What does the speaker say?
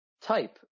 type